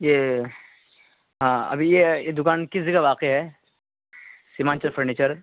یہ ابھی یہ دکان کس جگہ واقع ہے سیمانچل فرنیچر